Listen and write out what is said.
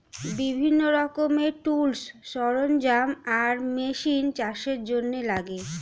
বিভিন্ন রকমের টুলস, সরঞ্জাম আর মেশিন চাষের জন্যে লাগে